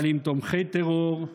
אבל עם תומכי טרור,